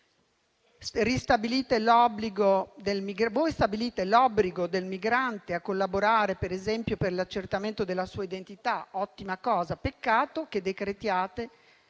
Voi ristabilite l'obbligo del migrante a collaborare, per esempio, per l'accertamento della sua identità; ottima cosa, peccato che decretiate